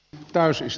daisy s